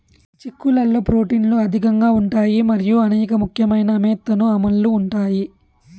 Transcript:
చిక్కుళ్లలో ప్రోటీన్లు అధికంగా ఉంటాయి మరియు అనేక ముఖ్యమైన అమైనో ఆమ్లాలు ఉంటాయి